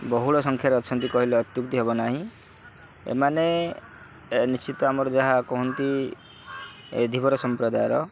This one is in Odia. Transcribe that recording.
ବହୁଳ ସଂଖ୍ୟାରେ ଅଛନ୍ତି କହିଲେ ଅତ୍ୟୁପ୍ତି ହେବ ନାହିଁ ଏମାନେ ନିଶ୍ଚିତ ଆମର ଯାହା କହନ୍ତି ଏ ଧିବର ସମ୍ପ୍ରଦାୟର